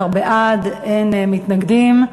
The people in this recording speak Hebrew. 11 בעד, אין מתנגדים.